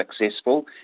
successful